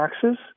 taxes